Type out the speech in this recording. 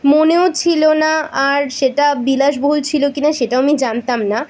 মনেও ছিল না আর সেটা বিলাসবহুল ছিল কি না সেটাও আমি জানতাম না